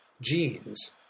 genes